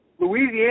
Louisiana –